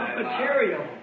material